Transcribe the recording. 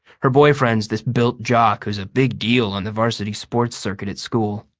her boyfriend's this built jock who's a big deal on the varsity sports circuit at school.